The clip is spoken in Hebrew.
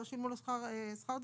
לא שילמו לא שכר דירה.